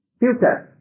future